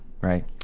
right